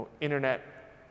internet